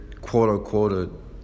quote-unquote